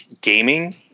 gaming